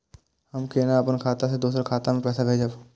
हम केना अपन खाता से दोसर के खाता में पैसा भेजब?